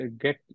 get